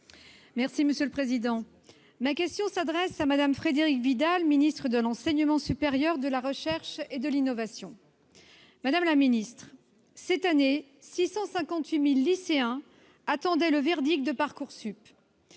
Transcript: Les Républicains. Ma question s'adresse à Mme la ministre de l'enseignement supérieur, de la recherche et de l'innovation. Madame la ministre, cette année, 658 000 lycéens attendaient le verdict de Parcoursup.